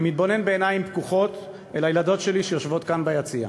אני מתבונן בעיניים פקוחות אל הילדות שלי שיושבות כאן ביציע,